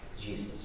Jesus